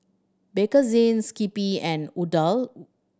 Bakerzin Skippy and Odlo